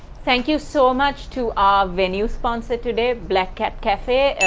thank you so much to our venue sponsor today, black cat cafe,